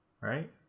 right